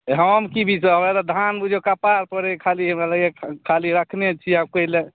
हम की बिसरब हमरा तऽ धान बुझियौ कपारपर अइ खाली हमरा लगैए खाली रखने छी आब कोइ लऽ